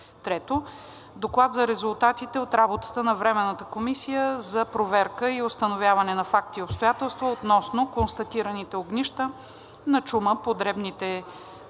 3. Доклад за резултатите от работата на Временната комисия за проверка и установяване на факти и обстоятелства относно констатираните огнища на чума по дребни преживни